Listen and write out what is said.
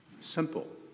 Simple